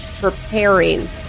preparing